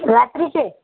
रात्रीचे